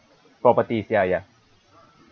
properties ya ya